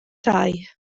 dau